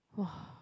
!woah!